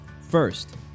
First